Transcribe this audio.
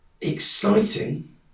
Exciting